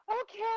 Okay